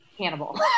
cannibal